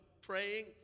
praying